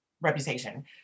reputation